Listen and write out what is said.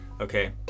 Okay